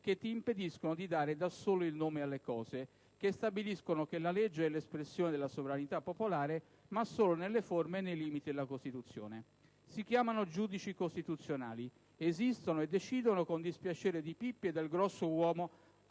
che ti impediscono di dare da solo il nome alle cose, che stabiliscono che la legge è l'espressione della sovranità popolare, ma solo nelle forme e nei limiti della Costituzione: si chiamano giudici costituzionali. Esistono e decidono, con dispiacere di Pippi e del grosso uovo